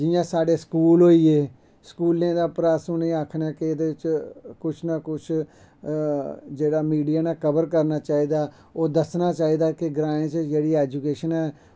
जि'यां साढ़े स्कूल होई गे स्कूलैं दे उप्पर अस इ'नें आखने केह् एह्दे च कुछ न कुछ जेह्ड़ा मिडिया न कवर करना चाहिदा ओह् दस्सना चाहिदा के ग्राएं च जेह्ड़ी ऐजूकेशन ऐ